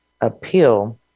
appeal